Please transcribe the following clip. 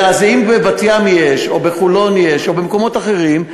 אז אם בבת-ים יש או בחולון יש או במקומות אחרים,